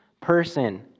person